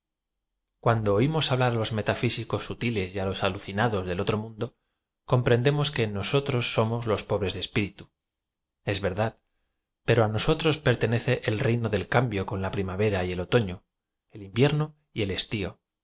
cuando olmos hablar á los metatísicos sutiles y á los alucinados del otro mundo comprendemos que nosotros somos los pobre de espíritu ea verdad pero nosotros pertenece el reino del cambio con la pri m avera y el otoo el invierno y el estio y